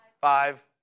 five